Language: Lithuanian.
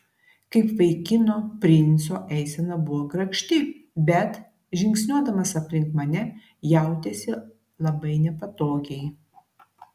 kaip vaikino princo eisena buvo grakšti bet žingsniuodamas aplink mane jautėsi labai nepatogiai